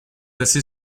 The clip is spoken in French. assez